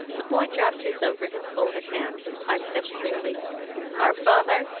the boy dropped his over his folded hands, and piped up clearly our father,